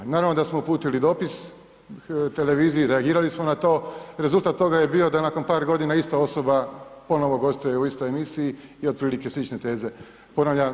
I naravno da smo uputili dopis televiziji, reagirali smo na to i rezultat toga je bio da nakon par godina ista osoba ponovno gostuje u istoj emisiji i otprilike slične teze ponavlja.